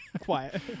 quiet